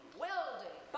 welding